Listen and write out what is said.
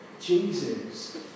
Jesus